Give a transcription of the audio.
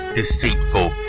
deceitful